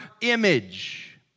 image